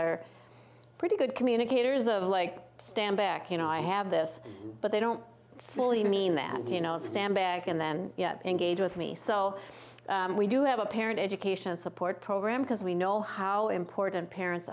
are pretty good communicators of like stand back you know i have this but they don't fully mean that you know sandbag and then engage with me so we do have a parent education support program because we know how important parents